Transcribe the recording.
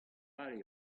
all